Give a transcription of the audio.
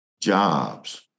jobs